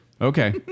Okay